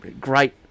great